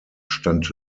stand